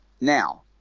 Now